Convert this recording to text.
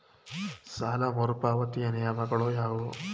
ಸಾಲ ಮರುಪಾವತಿಯ ನಿಯಮಗಳು ಯಾವುವು?